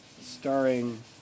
starring